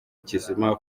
kizima